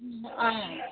ꯎꯝ ꯑꯥ